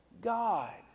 God